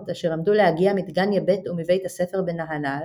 אשר עמדו להגיע מדגניה ב' ומבית הספר בנהלל,